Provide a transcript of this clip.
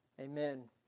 Amen